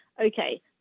okay